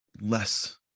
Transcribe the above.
less